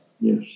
Yes